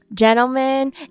gentlemen